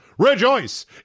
Rejoice